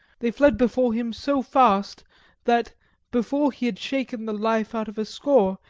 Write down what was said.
they fled before him so fast that before he had shaken the life out of a score,